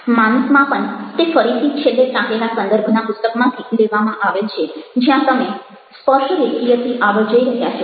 માનસ માપન તે ફરીથી છેલ્લે ટાંકેલા સંદર્ભના પુસ્તકમાંથી લેવામાં આવેલ છે જ્યાં તમે સ્પર્શરેખીયથી આગળ જઈ રહ્યા છો